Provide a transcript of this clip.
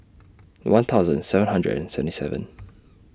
one thousand seven hundred and seventy seven